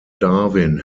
darwin